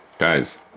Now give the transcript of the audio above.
Guys